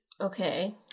Okay